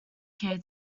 care